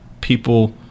people